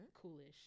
coolish